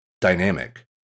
dynamic